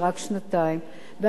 ועד שאתה אוסף את החומרים